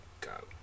go